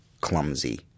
clumsy